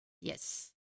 Yes